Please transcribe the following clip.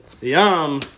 Yum